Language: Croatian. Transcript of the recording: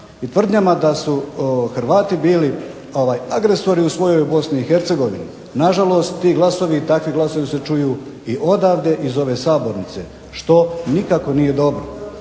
tvrdnjama da su Hrvati bili agresori u svojoj Bosni i Hercegovini, na žalost ti glasovi i takvi glasovi se čuju odavde iz ove Sabornice. Što nikako nije dobro.